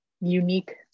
unique